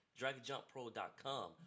DragonJumpPro.com